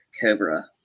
Cobra